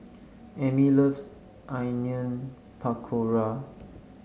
Amey loves Onion Pakora